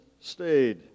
stayed